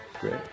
Great